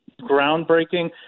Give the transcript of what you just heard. groundbreaking